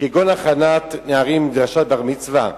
כגון הכנת נערים לדרשת בר-מצווה.